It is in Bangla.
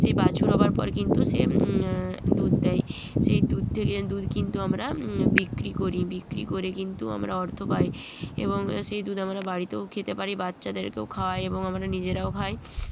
সেই বাছুর হবার পর কিন্তু সে দুধ দেয় সেই দুধ থেকে দুধ কিন্তু আমরা বিক্রি করি বিক্রি করে কিন্তু আমরা অর্থ পাই এবং সেই দুধ আমরা বাড়িতেও খেতে পারি বাচ্চাদেরকেও খাওয়ায় এবং আমরা নিজেরাও খাই